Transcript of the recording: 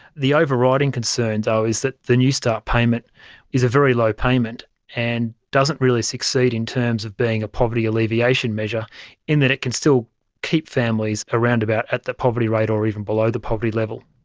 the overriding concern though is that the newstart payment is a very low payment and doesn't really succeed in terms of being a poverty alleviation measure in that it can still keep families around about at the poverty rate or even below the poverty level.